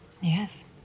Yes